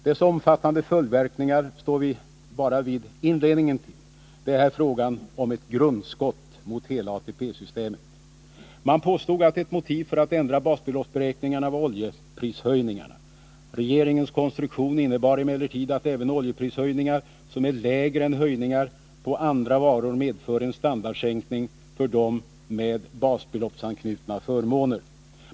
Dess omfattande följdverkningar står vi bara vid inledningen till. Det är här fråga om ett grundskott mot hela ATP-systemet. Man påstod att ett motiv för att ändra basbeloppsberäkningarna var oljeprishöjningarna. Regeringens konstruktion innebär emellertid att även oljeprishöjningar som är lägre än höjningar på andra varor medför en standardsänkning för dem med basbeloppsanknutna förmåner.